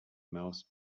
mouse